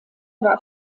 war